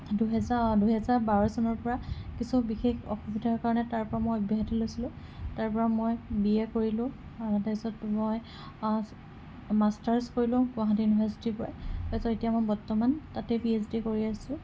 দুহেজাৰ দুহেজাৰ বাৰ চনৰ পৰা কিছু বিশেষ অসুবিধাৰ কাৰণে তাৰপৰা মই অব্যাহতি লৈছিলো তাৰপৰা মই বি এ কৰিলো আৰু তাৰপাছত মই মাষ্টাৰচ কৰিলো গুৱাহাটী ইউনিভাৰ্চিটিৰ পৰা তাৰপিছত এতিয়া মই বৰ্তমান তাতে পি এইছ ডি কৰি আছো